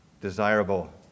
desirable